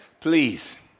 please